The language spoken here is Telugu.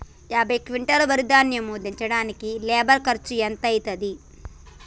యాభై క్వింటాల్ వరి ధాన్యము దించడానికి లేబర్ ఖర్చు ఎంత అయితది?